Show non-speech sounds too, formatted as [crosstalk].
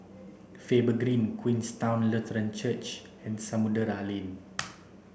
Faber Green Queenstown Lutheran Church and Samudera Lane [noise]